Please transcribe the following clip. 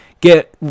get